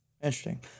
Interesting